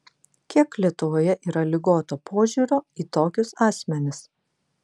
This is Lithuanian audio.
kiek lietuvoje yra ligoto požiūrio į tokius asmenis